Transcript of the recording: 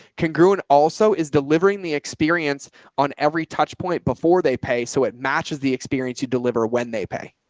congruent also is delivering the experience on every touch point before they pay. so it matches the experience you deliver when they pay.